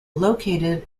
located